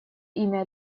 имя